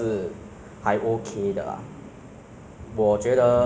以前它有一摊很好吃的炒虾面就是在那个